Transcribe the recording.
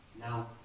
now